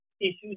issues